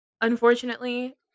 unfortunately